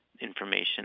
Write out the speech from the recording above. information